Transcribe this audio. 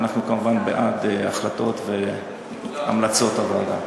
ואנחנו כמובן בעד החלטות והמלצות הוועדה.